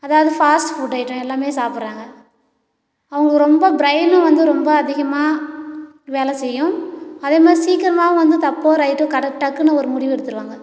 அதாவது fast food item எல்லாமே சாப்பிடறாங்க அவங்க ரொம்ப ப்ரைனும் வந்து ரொம்ப அதிகமாக வேலை செய்யும் அதே மாதிரி சீக்கிரமாக வந்து தப்போ ரைட்டோ கட டக்குன்னு ஒரு முடிவு எடுத்துவிடுவாங்க